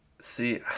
See